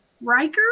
Riker